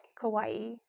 Kauai